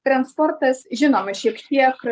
transportas žinoma šiek tiek